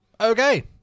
Okay